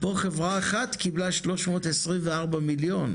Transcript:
פה חברה אחת קיבלה 324 מיליון.